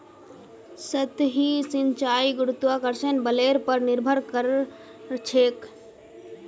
सतही सिंचाई गुरुत्वाकर्षण बलेर पर निर्भर करछेक